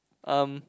um